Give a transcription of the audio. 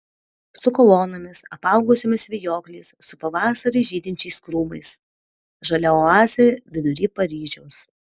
su kolonomis apaugusiomis vijokliais su pavasarį žydinčiais krūmais žalia oazė vidury paryžiaus